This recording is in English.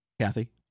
Kathy